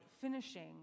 finishing